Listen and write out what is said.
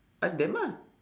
ask them ah